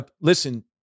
listen